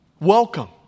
Welcome